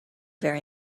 very